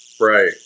Right